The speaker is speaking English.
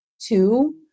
Two